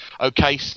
okay